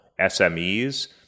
smes